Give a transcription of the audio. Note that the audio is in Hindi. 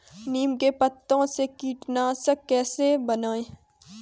नीम के पत्तों से कीटनाशक कैसे बनाएँ?